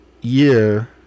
year